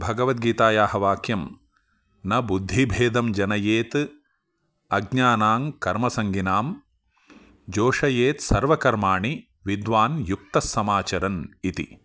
भगवद्गीतायाः वाक्यं न बुद्धिभेदं जनयेत् अज्ञानां कर्मसङ्गिनां जोषयेत् सर्वकर्माणि विद्वान् युक्तः समाचरन् इति